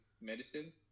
medicine